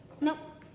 Nope